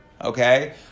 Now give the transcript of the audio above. Okay